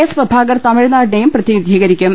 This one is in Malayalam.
എസ് പ്രഭാകർ തമിഴ്നാടിനെയും പ്രതിനിധീകരിക്കും